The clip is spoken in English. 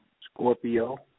Scorpio